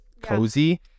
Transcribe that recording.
cozy